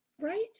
right